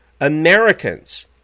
Americans